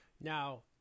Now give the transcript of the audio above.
Now